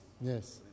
Yes